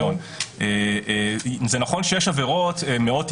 נראה אותם ברחוב חודשיים אחרי זה וההורים עם